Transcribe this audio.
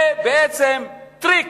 זה בעצם טריק,